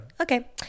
okay